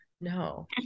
no